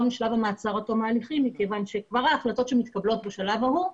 משלב המעצר עד תום הליכים מכיוון שכבר ההחלטות שמתקבלות בשלב ההוא,